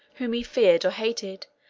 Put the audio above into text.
whom he feared or hated,